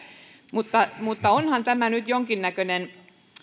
mutta mutta onhan tämä nyt jonkinnäköinen